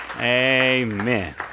Amen